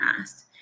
asked